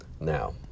Now